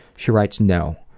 she writes no,